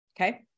okay